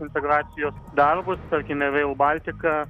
integracijos darbus tarkime reil baltika